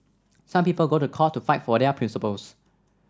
some people go to court to fight for their principles